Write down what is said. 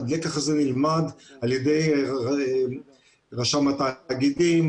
הלקח הזה נלמד על ידי רשם התאגידים,